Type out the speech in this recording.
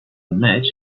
match